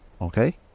Okay